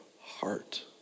heart